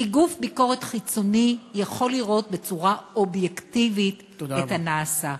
כי גוף ביקורת חיצוני יכול לראות בצורה אובייקטיבית את הנעשה.